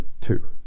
two